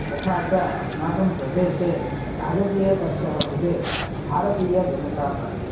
तथा च अस्माकं प्रदेशे राजकीयपक्षः वर्तते भारतीय जनता पार्टी